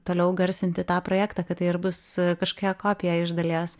toliau garsinti tą projektą kad tai bus kažką kopiją iš dalies